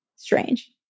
Strange